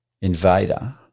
invader